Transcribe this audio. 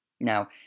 Now